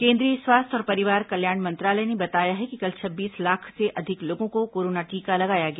केंद्रीय स्वास्थ्य और परिवार कल्याण मंत्रालय ने बताया है कि कल छब्बीस लाख से अधिक लोगों को कोरोना टीका लगाया गया